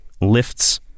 lifts